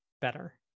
better